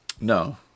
No